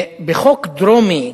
בחוק דרומי,